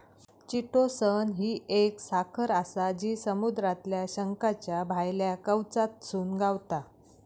chitosan ही एक साखर आसा जी समुद्रातल्या शंखाच्या भायल्या कवचातसून गावता